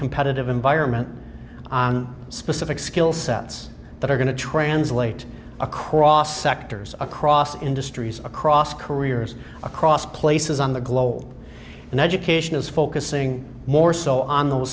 competitive environment on specific skill sets that are going to translate across sectors across industries across careers across places on the global and education is focusing more so on those